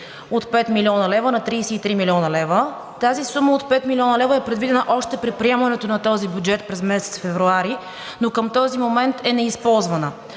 от 5 млн. лв. на 33 млн. лв. Тази сума от 5 млн. лв. е предвидена още при приемането на този бюджет през месец февруари, но към този момент е неизползвана.